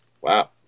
Wow